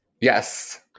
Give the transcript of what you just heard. Yes